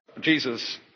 Jesus